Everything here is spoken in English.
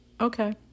okay